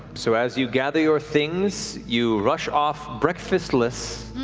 so as you gather your things, you rush off breakfastless.